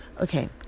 Okay